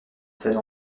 scènes